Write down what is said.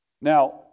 Now